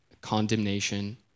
condemnation